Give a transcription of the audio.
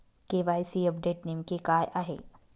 KYC update नेमके काय आहे?